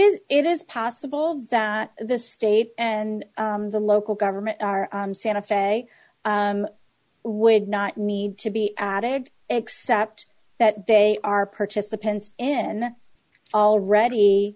is it is possible that the state and the local government are santa fe would not need to be added except that they are participants in already